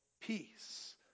peace